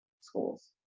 schools